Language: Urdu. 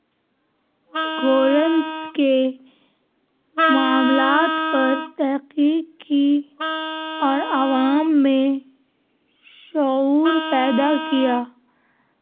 گورنس کے معاملات پر تحقیق کی اور عوام میں شعور پیدا کیا